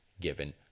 given